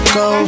go